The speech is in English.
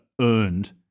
earned